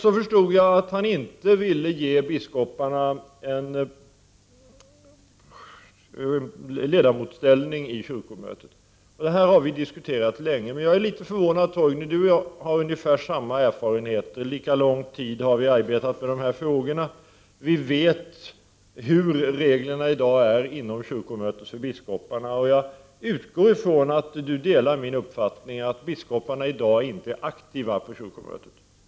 Jag förstod att Torgny Larsson inte ville ge biskoparna ställning som ledamöter i kyrkomötet. Detta har vi diskuterat länge. Jag är litet förvånad över detta, Torgny Larsson. Vi två har ungefär samma erfarenheter, vi har arbetat med dessa frågor under lika lång tid. Vi vet hur reglerna i dag är inom kyrkomötet för biskoparna, och jag utgår från att Torgny Larsson delar min uppfattning att biskoparna i dag inte är aktiva på kyrkomötet.